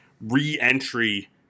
re-entry